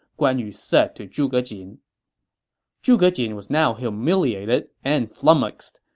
guan yu said to zhuge jin zhuge jin was now humiliated and flummoxed.